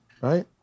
right